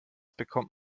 bekommt